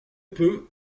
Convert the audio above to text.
peut